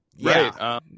Right